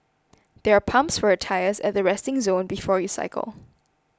there are pumps for your tyres at the resting zone before you cycle